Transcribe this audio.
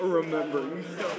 remembering